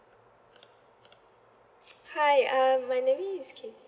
hi uh my name is K